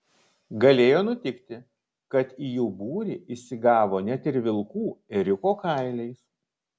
galėjo nutikti kad į jų būrį įsigavo net ir vilkų ėriuko kailiais